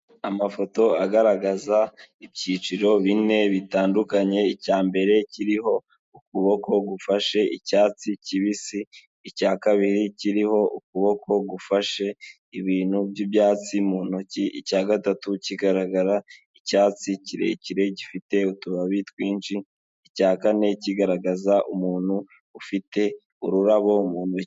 Amafoto agaragaza ibyiciro bine bitandukanye, icya mbere kiriho ukuboko gufashe icyatsi kibisi, icya kabiri kiriho ukuboko gufashe ibintu by'ibyatsi mu ntoki, icya gatatu kigaragara icyatsi kirekire gifite utubabi twinshi, icya kane kigaragaza umuntu ufite ururabo mu ntoki.